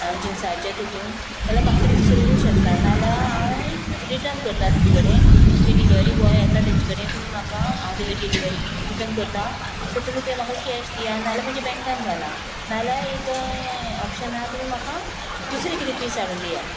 जिन्साचे तूतून जाल्यार म्हाका तुमी दुसरे दिवंक शकता नाल्यार हांव रिटन करता तुमचे कडेन तुमगे डिलवरी बॉय येता तेजे कडेन तुमी म्हाका हांव तेजे डिलीवरी रिटर्न करता सो तुमी ते म्हाका कॅश दिया नाल्या म्हज्या बँकान घाला नाल्या एक ऑपशन आहा तुमी म्हाका दुसरी किदें पीस हाडून दिया